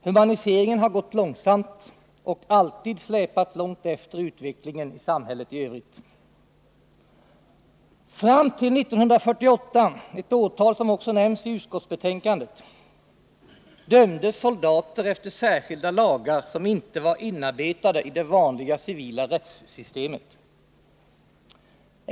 Humaniseringen har gått långsamt och alltid släpat långt efter utvecklingen i samhället i övrigt. Fram till 1948, ett årtal som också nämns i utskottsbetänkandet, dömdes soldater efter särskilda lagar som inte var inarbetade i det vanliga civila rättssystemet.